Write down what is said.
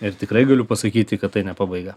ir tikrai galiu pasakyti kad tai ne pabaiga